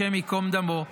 השם ייקום דמו,